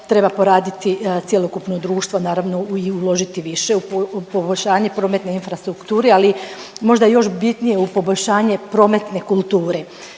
treba poraditi cjelokupno društvo, naravno i uložiti više u poboljšanje prometne infrastrukture, ali možda još bitnije, u poboljšanje prometne kulture.